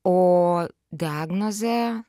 o diagnozė